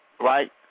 Right